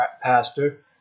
pastor